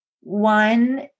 one